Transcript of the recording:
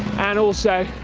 and also,